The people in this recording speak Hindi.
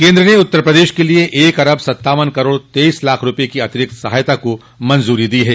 केन्द्र ने उत्तर प्रदेश के लिए एक अरब सत्तावन करोड़ तेईस लाख रुपये की अतिरिक्त सहायता को मंज्री दी है